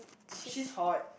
she's hot